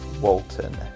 Walton